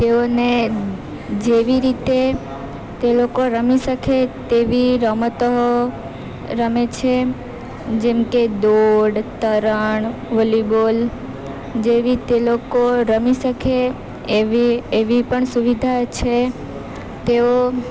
તેઓને જેવી રીતે તે લોકો રમી શકે તેવી રમતો રમે છે જેમકે દોડ તરણ વૉલીબૉલ જેવી તે લોકો રમી શકે એવી એવી પણ સુવિધા છે તેઓ